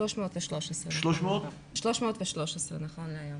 313 נכון להיום.